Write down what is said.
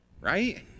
Right